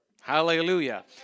Hallelujah